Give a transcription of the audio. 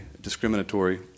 discriminatory